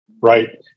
right